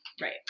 Right